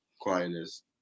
quietness